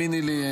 האמיני לי,